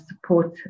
support